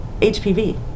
HPV